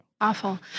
Awful